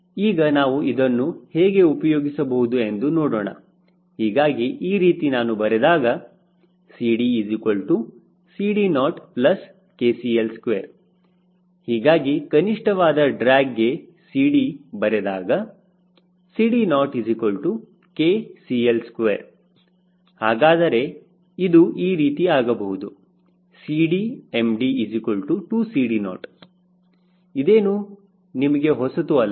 ಈಗ ನಾವು ಇದನ್ನು ಹೇಗೆ ಉಪಯೋಗಿಸಬಹುದು ಎಂದು ನೋಡೋಣ ಹೀಗಾಗಿ ಈ ರೀತಿ ನಾನು ಬರೆದಾಗ CDCD0KCL2 ಹೀಗಾಗಿ ಕನಿಷ್ಠವಾದ ಡ್ರ್ಯಾಗ್ಗೆ CD ಬರೆದಾಗ CD0KCL2 ಹಾಗಾದರೆ ಇದು ಈ ರೀತಿ ಆಗಬಹುದು CDmD2CD0 ಇದೇನೂ ನಿಮಗೆ ಹೊಸತು ಅಲ್ಲ